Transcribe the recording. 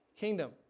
kingdom